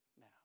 now